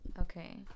Okay